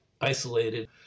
isolated